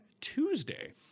Tuesday